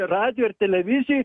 radijoj ar televizijoj